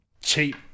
cheap